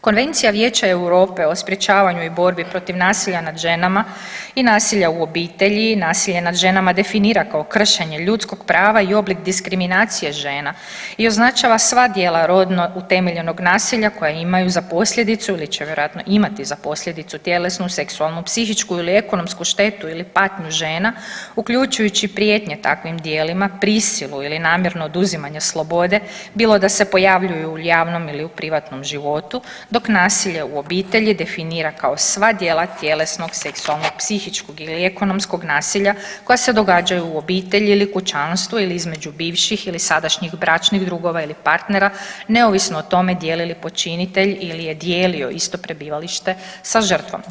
Konvencija Vijeća Europe o sprječavanju i borbi protiv nasilja nad ženama i nasilja u obitelji, nasilje nad ženama definira kao kršenje ljudskog prava i oblik diskriminacije žena i označava sva djela rodno utemeljenog nasilja koja imaju za posljedicu ili će vjerojatno imati za posljedicu tjelesnu, seksualnu, psihičku ili ekonomsku štetu ili patnju žena uključujući i prijetnje takvim djelima, prisilu ili namjerno oduzimanje slobode bilo da se pojavljuju u javnom ili u privatnom životu, dok nasilje u obitelji definira kao sva djela tjelesnog, seksualnog, psihičkog ili ekonomskog nasilja koja se događaju u obitelji ili kućanstvu ili između bivših ili sadašnjih bračnih drugova ili partnera neovisno o tome dijele li počinitelj ili je dijelio isto prebivalište sa žrtvom.